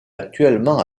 actuellement